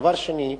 דבר שני,